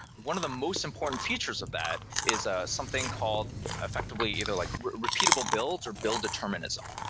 one of the most important features of that is ah something called effectively either like repeatable builds or build determinism,